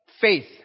Faith